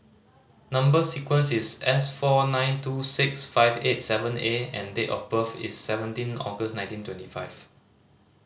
number sequence is S four nine two six five eight seven A and date of birth is seventeen August nineteen twenty five